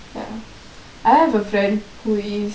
I have a friend who is